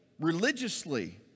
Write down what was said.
religiously